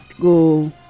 go